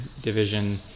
division